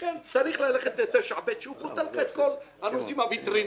לכן צריך ללכת ל-9(ב) שהוא פותר לך את כל הנושאים הווטרינריים,